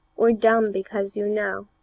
or dumb because you know?